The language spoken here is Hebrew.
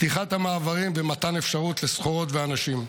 פתיחת המעברים ומתן אפשרות לסחורות ואנשים.